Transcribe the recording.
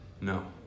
No